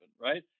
right